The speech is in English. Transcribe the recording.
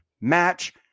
match